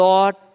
Lord